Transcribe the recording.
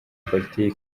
politiki